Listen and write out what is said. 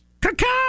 cacao